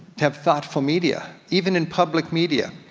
to have thoughtful media. even in public media.